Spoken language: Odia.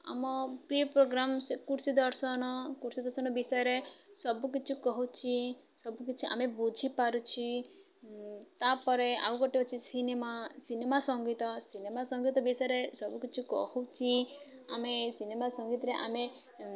ଆମ ପ୍ରିୟ ପ୍ରୋଗ୍ରାମ୍ ସେ କୃଷି ଦର୍ଶନ କୃଷି ଦର୍ଶନ ବିଷୟରେ ସବୁକିଛି କହୁଛି ସବୁକିଛି ଆମେ ବୁଝିପାରୁଛି ତାପରେ ଆଉ ଗୋଟେ ଅଛି ସିନେମା ସିନେମା ସଙ୍ଗୀତ ସିନେମା ସଙ୍ଗୀତ ବିଷୟରେ ସବୁକିଛି କହୁଛି ଆମେ ସିନେମା ସଙ୍ଗୀତରେ ଆମେ